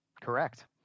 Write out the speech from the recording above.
Correct